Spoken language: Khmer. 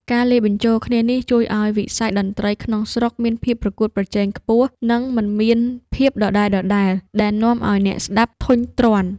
ការលាយបញ្ចូលគ្នានេះជួយឱ្យវិស័យតន្ត្រីក្នុងស្រុកមានភាពប្រកួតប្រជែងខ្ពស់ និងមិនមានភាពដដែលៗ ដែលនាំឱ្យអ្នកស្ដាប់ធុញទ្រាន់។